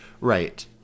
Right